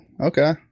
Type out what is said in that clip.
okay